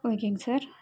ஓகேங்க சார்